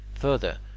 further